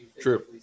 True